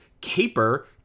Caper